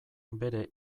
bere